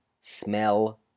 smell